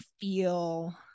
feel